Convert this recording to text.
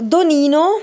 Donino